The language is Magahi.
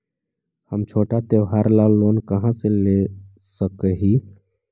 हम छोटा त्योहार ला लोन कहाँ से ले सक ही?